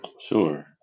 Sure